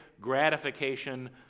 gratification